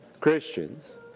Christians